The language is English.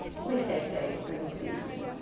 please stay safe, and we'll see so